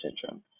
syndrome